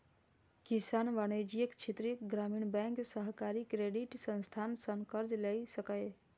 किसान वाणिज्यिक, क्षेत्रीय ग्रामीण बैंक, सहकारी क्रेडिट संस्थान सं कर्ज लए सकैए